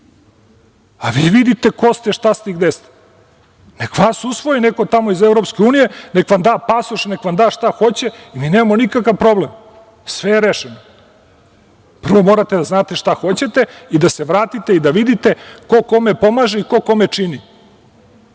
a vi vidite ko ste, šta ste i gde ste. Nek vas usvoji neko tamo iz EU, nek vam da pasoš i nek vam da šta hoće, mi nemamo nikakav problem, sve je rešeno. Prvo morate da znate šta hoćete i da se vratite i da vidite ko kome pomaže i ko kome čini,